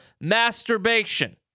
masturbation